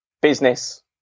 business